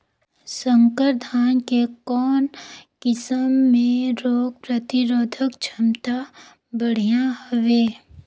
संकर धान के कौन किसम मे रोग प्रतिरोधक क्षमता बढ़िया हवे?